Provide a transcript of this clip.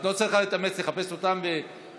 את לא צריכה להתאמץ לחפש אותם ולדעת,